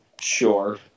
Sure